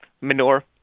manure